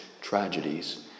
tragedies